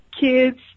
kids